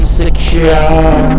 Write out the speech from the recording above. secure